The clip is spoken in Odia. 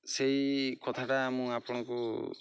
ସେହି କଥାଟା ମୁଁ ଆପଣଙ୍କୁ